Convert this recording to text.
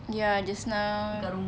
ya just now